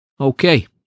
Okay